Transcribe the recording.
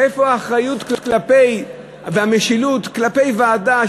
איפה האחריות והמשילות כלפי ועדה,